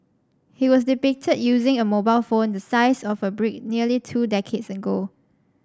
he was depicted using a mobile phone the size of a brick nearly two decades ago